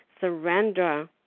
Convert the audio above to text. surrender